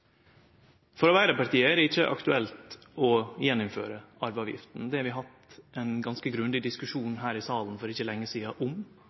For Arbeidarpartiet er det ikkje aktuelt å innføre arveavgifta att. Det har vi hatt ein ganske grundig diskusjon om her i salen for ikkje lenge